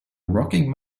rocking